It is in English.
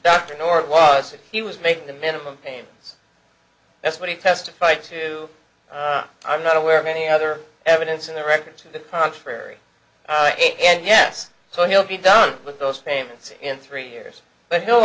dr nor was it he was making the minimum payments that's what he testified to i'm not aware of any other evidence in the record to the contrary and yes so he'll be done with those payments in three years but he'll